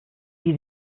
wie